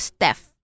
Steph